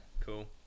cool